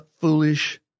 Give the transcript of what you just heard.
foolish